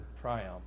triumph